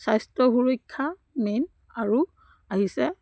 স্বাস্থ্য সুৰক্ষা মেইন আৰু আহিছে